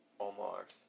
Omar's